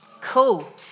Cool